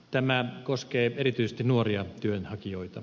tämä koskee erityisesti nuoria työnhakijoita